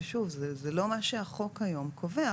ששוב זה לא מה שהחוק היום קובע.